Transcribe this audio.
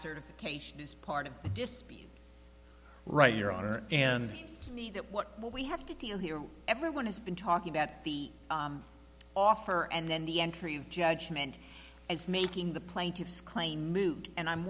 certification is part of the dispute right your honor and seems to me that what we have to deal here everyone has been talking about the offer and then the entry of judgment as making the plaintiff's claim moot and i'm